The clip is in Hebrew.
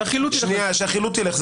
שהחילוט ילך.